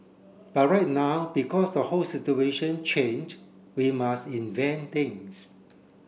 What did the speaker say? but right now because the whole situation change we must invent things